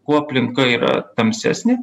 kuo aplinka yra tamsesnė